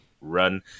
run